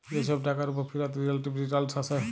যে ছব টাকার উপর ফিরত রিলেটিভ রিটারল্স আসে